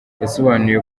yasobanuye